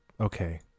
Okay